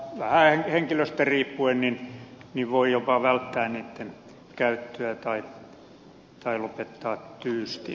vähän henkilöstä riippuen voi jopa välttää niitten käyttöä tai lopettaa tyystin